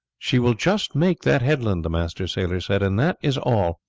she will just make that headland, the master sailor said, and that is all.